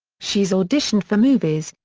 she's auditioned for movies,